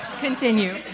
Continue